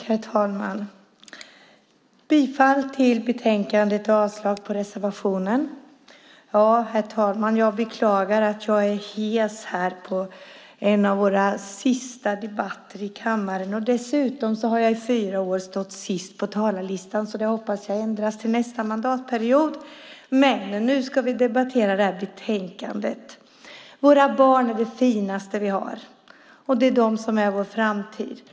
Herr talman! Jag yrkar bifall till förslaget i betänkandet och avslag på reservationen. Jag beklagar att jag är så hes är på en av våra sista debatter i kammaren. Dessutom har jag i fyra år stått sist på talarlistan, så det hoppas jag ändras till nästa mandatperiod. Men nu ska vi debattera detta betänkande. Våra barn är det finaste vi har. De är vår framtid.